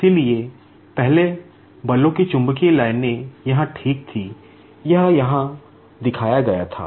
इसलिए पहले बलों की चुंबकीय लाइनें यहां ठीक थीं यह यहाँ दिखाया गया था